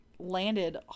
landed